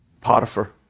Potiphar